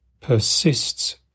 persists